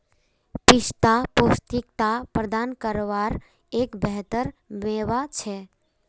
पिस्ता पौष्टिकता प्रदान कारवार एक बेहतर मेवा छे